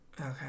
okay